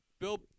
Bill